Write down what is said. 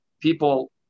people